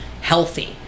healthy